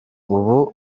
ubu